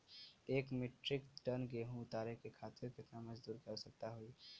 एक metric ton गेहूँ के उतारे खातीर कितना मजदूर क आवश्यकता होई?